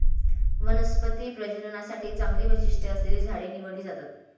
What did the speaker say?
वनस्पती प्रजननासाठी चांगली वैशिष्ट्ये असलेली झाडे निवडली जातात